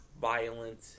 violent